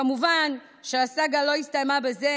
כמובן שהסאגה לא הסתיימה בזה,